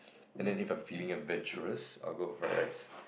and then if I'm feeling adventurous I will go for fried rice